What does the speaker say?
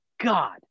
God